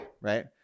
right